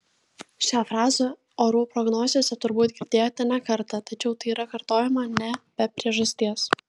šią frazę orų prognozėse turbūt girdėjote ne kartą tačiau tai yra kartojama ne be priežasties